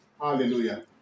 Hallelujah